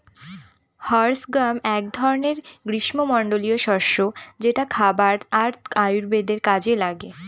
horse gram এক ধরনের গ্রীস্মমন্ডলীয় শস্য যেটা খাবার আর আয়ুর্বেদের কাজে লাগে